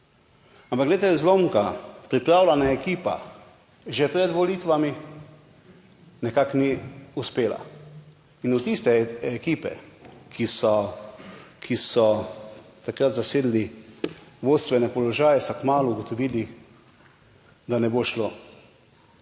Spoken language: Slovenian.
Ampak glejte zlomka, pripravljena ekipa že pred volitvami nekako ni uspela in od tiste ekipe, ki so takrat zasedli vodstvene položaje, so kmalu ugotovili, da ne bo šlo.